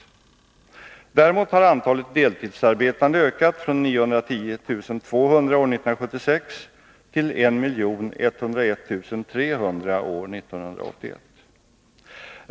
Däremot har antalet deltidsarbetande ökat, från 910 200 år 1976 till 1101 300 år 1981.